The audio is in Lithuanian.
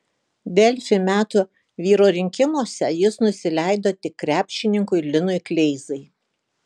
delfi metų vyro rinkimuose jis nusileido tik krepšininkui linui kleizai